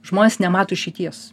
žmonės nemato išeities